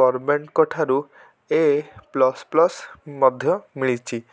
ଗଭର୍ଣ୍ଣମେଣ୍ଟଙ୍କ ଠାରୁ A plus plus ମଧ୍ୟ ମିଳିଛି